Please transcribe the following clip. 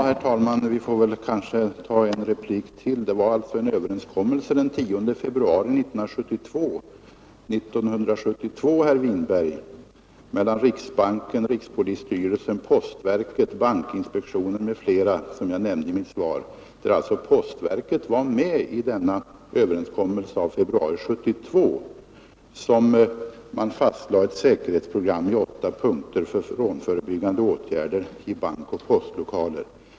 Herr talman! Jag får tydligen ge en replik till Det var alltså en överenskommelse som träffades den 10 februari 1972 — jag stryker under att det var 1972, herr Winberg — mellan riksbanken, rikspolisstyrelsen, postverket, bankinspektionen m.fl., som jag nämnde i mitt svar. Postverket var således med om denna överenskommelse i februari 1972, där man fastlade ett säkerhetsprogram i åtta punkter för rånförebyggande åtgärder i bankoch postlokaler.